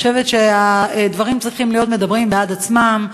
אני חושבת שהדברים צריכים לדבר בעד עצמם.